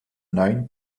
neun